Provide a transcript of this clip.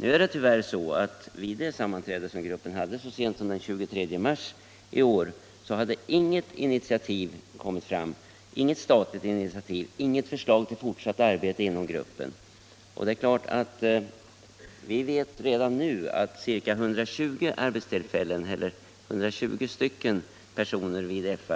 Nu är det tyvärr så att vid det sammanträde som gruppen hade så sent som den 23 mars i år hade inget statligt initiativ kommit fram, inget förslag till fortsatt arbete inom gruppen. Vi vet att ca 120 personer vid F